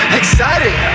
excited